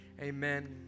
amen